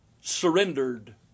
surrendered